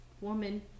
woman